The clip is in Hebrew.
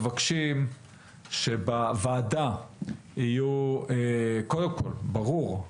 מבקשים שבוועדה יהיו קודם כל ברור,